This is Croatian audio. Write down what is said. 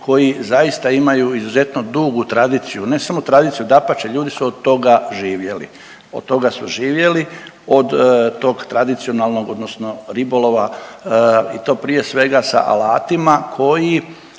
koji zaista imaju izuzetno dugu tradiciju ne samo tradiciju dapače ljudi su od toga živjeli, od toga su živjeli od tog tradicionalnog odnosno ribolova i to prije svega sa alatima koji